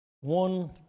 One